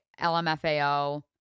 LMFAO